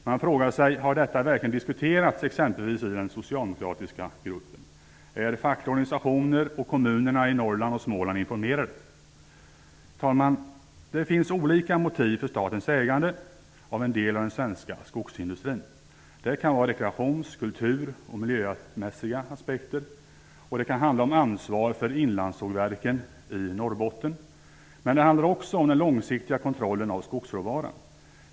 Man frågar sig: Har detta verkligen diskuterats exempelvis i den socialdemokratiska gruppen? Är fackliga organisationer och kommunerna i Norrland och Småland informerade? Fru talman! Det finns olika motiv för statens ägande av en del av den svenska skogsindustrin. Det kan vara rekreations-, kultur och miljömässiga aspekter. Det kan handla om ansvar för inlandssågverken i Norrbotten. Men det handlar också om den långsiktiga kontrollen av skogsråvaran.